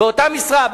באותה משרה,